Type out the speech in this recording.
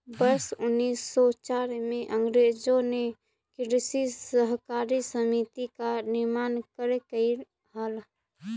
वर्ष उनीस सौ चार में अंग्रेजों ने कृषि सहकारी समिति का निर्माण करकई हल